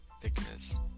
thickness